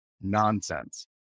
nonsense